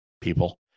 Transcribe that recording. people